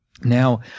Now